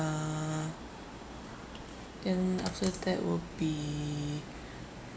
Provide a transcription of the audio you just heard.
then after that would be